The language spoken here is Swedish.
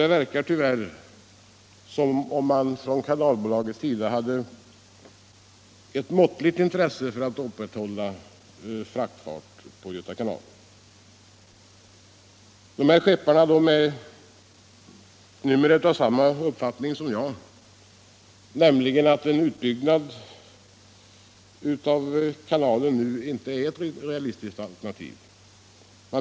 Det verkar tyvärr som om man från Kanalbolagets sida var måttligt intresserad av att upprätthålla en fraktfart på kanalen. De här skepparna är numera av samma uppfattning som jag, nämligen att en utbyggnad av kanalen inte är ett realistiskt alternativ.